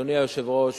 אדוני היושב-ראש,